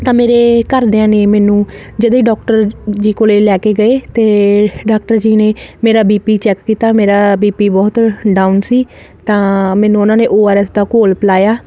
ਤਾਂ ਮੇਰੇ ਘਰਦਿਆਂ ਨੇ ਮੈਨੂੰ ਜਦੇ ਡਾਕਟਰ ਜੀ ਕੋਲ ਲੈ ਕੇ ਗਏ ਅਤੇ ਡਾਕਟਰ ਜੀ ਨੇ ਮੇਰਾ ਬੀਪੀ ਚੈੱਕ ਕੀਤਾ ਮੇਰਾ ਬੀਪੀ ਬਹੁਤ ਡਾਊਨ ਸੀ ਤਾਂ ਮੈਨੂੰ ਉਹਨਾਂ ਨੇ ਓਆਰਐਸ ਦਾ ਘੋਲ ਪਿਲਾਇਆ